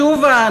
תשובה,